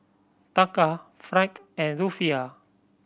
Taka franc and Rufiyaa